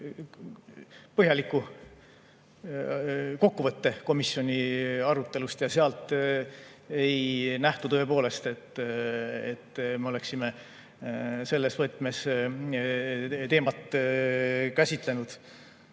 põhjaliku kokkuvõtte komisjoni arutelust ja sealt ei nähtunud tõepoolest, et me oleksime teemat selles võtmes käsitlenud.